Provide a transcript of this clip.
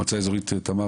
מועצה אזורית תמר?